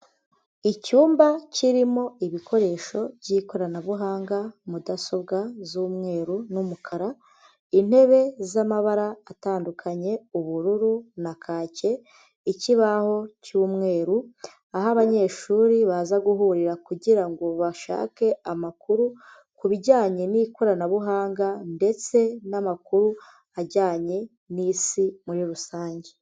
Icyumba kirimo ibikoresho by'ikoranabuhanga mudasobwa z'umweru n'umukara, intebe z'amabara atandukanye ubururu na kake, ikibaho cy'umweru. Aho abanyeshuri baza guhurira kugirango bashake amakuru ku bijyanye n'ikoranabuhanga ndetse n'amakuru ajyanye n'isi muri rusange.